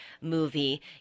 movie